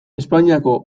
espainiako